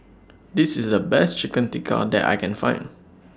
This IS The Best Chicken Tikka that I Can Find